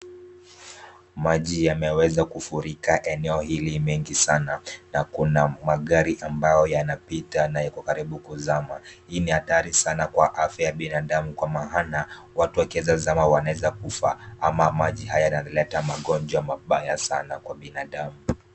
Maji yameweza kufurika eneo hili mengi sana na kuna magari ambayo yanapita na iko karibu kuzama. Hii ni hatari sana kwa afya ya binadamu kwa maana watu wakiweza zama wanaweza kufa ama maji haya yanaleta magonjwa mbaya sana kwa binadamu.